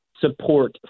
support